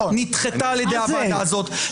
נדחתה על ידי הוועדה הזאת.